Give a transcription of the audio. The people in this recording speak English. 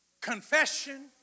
confession